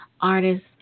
artists